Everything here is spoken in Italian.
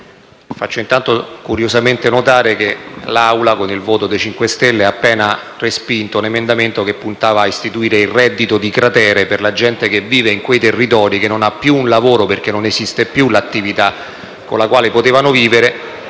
Faccio intanto curiosamente notare che l'Assemblea, con il voto dei 5 Stelle, ha appena respinto l'emendamento che puntava a istituire il reddito di cratere per la gente che vive in quei territori che non ha più un lavoro perché non esiste più l'attività con la quale potevano vivere